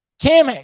Cam